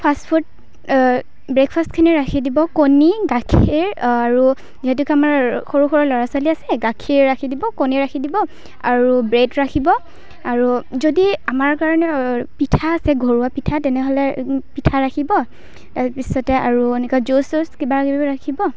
fast food ব্ৰেকফাষ্টখিনি ৰাখি দিব কণী গাখীৰ আৰু যিহেতুকে আমাৰ সৰু সৰু ল'ৰা ছোৱালী আছে গাখীৰ ৰাখি দিব কণী ৰাখি দিব আৰু ব্ৰেড ৰাখিব আৰু যদি আমাৰ কাৰণে পিঠা আছে ঘৰুৱা পিঠা তেনেহ'লে পিঠা ৰাখিব তাৰপিছতে আৰু এনেকুৱা জুচ চুচ কিবা কিবি ৰাখিব